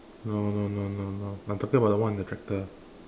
no no no no no I'm talking about the one on the tractor